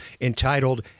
entitled